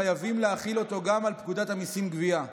חייבים להחיל אותו גם על פקודת המיסים (גבייה).